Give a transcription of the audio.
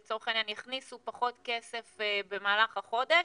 לצורך העניין יכניסו פחות כסף במהלך החודש,